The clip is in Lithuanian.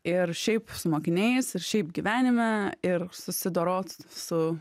ir šiaip su mokiniais ir šiaip gyvenime ir susidorot su